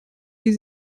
die